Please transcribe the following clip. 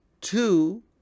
two